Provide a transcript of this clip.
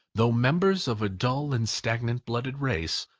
though members of a dull and stagnant-blooded race,